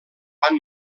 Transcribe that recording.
van